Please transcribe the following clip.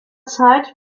zeit